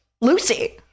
Lucy